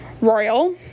royal